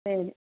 சரி